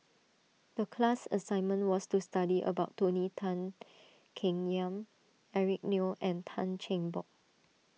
the class assignment was to study about Tony Tan Keng Yam Eric Neo and Tan Cheng Bock